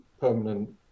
permanent